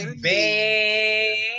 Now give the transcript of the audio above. baby